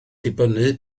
dibynnu